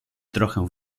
trochę